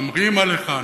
ממריאים עליך,